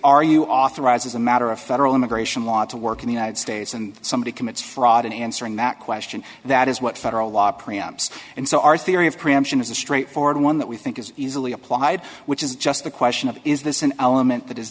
you authorized as a matter of federal immigration law to work in the united states and somebody commits fraud in answering that question that is what federal law pre amps and so our theory of preemption is a straightforward one that we think is easily applied which is just a question of is this an element that i